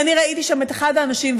ואני ראיתי שם את אחד האנשים,